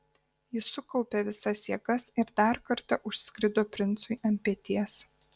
jis sukaupė visas jėgas ir dar kartą užskrido princui ant peties